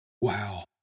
wow